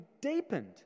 deepened